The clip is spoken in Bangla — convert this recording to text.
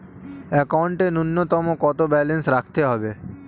একাউন্টে নূন্যতম কত ব্যালেন্স রাখতে হবে?